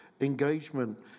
engagement